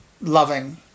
loving